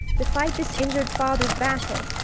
to fight this injur'd father's battle!